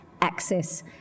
access